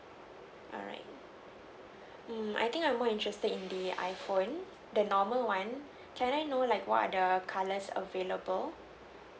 alright mm I think I more interested in the iPhone the normal one can I know like what are the colours available